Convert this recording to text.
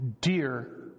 dear